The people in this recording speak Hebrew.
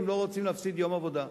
והם לא רוצים להפסיד יום עבודה,